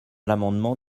l’amendement